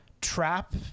trap